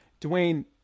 Dwayne